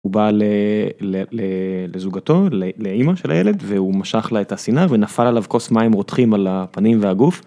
הוא בא לזוגתו לאמא של הילד והוא משך לה את הסינר ונפל עליו כוס מים רותחים על הפנים והגוף.